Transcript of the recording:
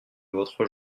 votre